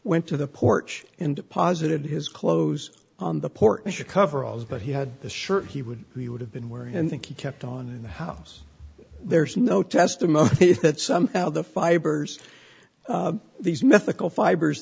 went to the porch and deposited his clothes on the porsche coveralls but he had the shirt he would he would have been wearing and kept on in the house there's no testimony that somehow the fibers these mythical fibers